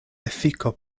efiko